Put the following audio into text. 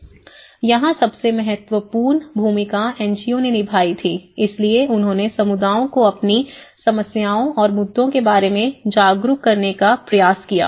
यहां सबसे महत्वपूर्ण भूमिका एनजीओ ने निभाई थी इसलिए उन्होंने समुदायों को अपनी समस्याओं और मुद्दों के बारे में जागरूक करने का प्रयास किया